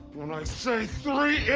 when i say three